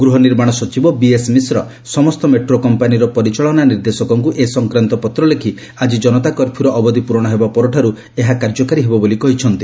ଗୃହ ନିର୍ମାଣ ସଚିବ ବିଏସ ମିଶ୍ର ସମସ୍ତ ମେଟ୍ରୋ କମ୍ପାନୀର ପରିଚାଳନା ନିର୍ଦ୍ଦେଶକଙ୍କୁ ଏ ସଂକ୍ରାନ୍ତ ପତ୍ର ଲେଖି ଆଜି ଜନତା କର୍ଫ୍ୟୁର ଅବଧି ପ୍ରରଣ ହେବା ପରଠାରୁ ଏହା କାର୍ଯ୍ୟକାରୀ ହେବ ବୋଲି କହିଛନ୍ତି